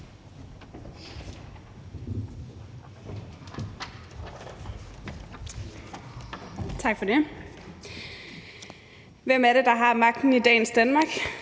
Hvem er det, der har magten i dagens Danmark?